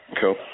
Cool